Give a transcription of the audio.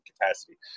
capacity